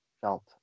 felt